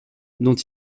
dont